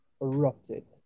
erupted